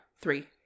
Three